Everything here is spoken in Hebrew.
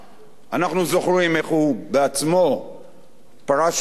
אנחנו זוכרים איך הוא בעצמו פרש מהליכוד